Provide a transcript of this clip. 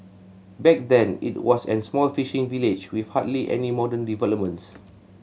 back then it was an small fishing village with hardly any modern developments